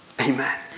Amen